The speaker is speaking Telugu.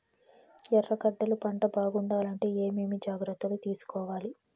ఎర్రగడ్డలు పంట బాగుండాలంటే ఏమేమి జాగ్రత్తలు తీసుకొవాలి?